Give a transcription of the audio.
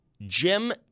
jim